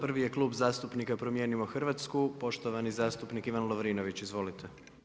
Prvi je Klub zastupnika promijenimo Hrvatsku, poštovani zastupnik Ivan Lovrinović, izvolite.